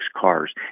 cars